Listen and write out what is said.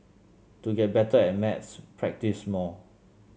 to get better at maths practise more